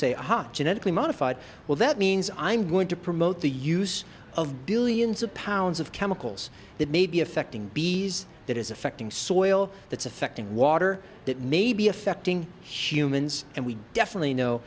say aha genetically modified well that means i'm going to promote the use of billions of pounds of chemicals that may be affecting bees that is affecting soil that's affecting water that may be affecting humans and we definitely know